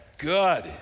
good